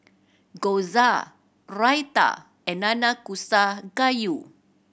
Gyoza Raita and Nanakusa Gayu